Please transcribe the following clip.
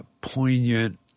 poignant